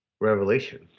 revelation